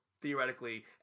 theoretically